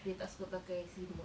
dia tak suka pakai selimut